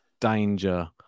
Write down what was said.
danger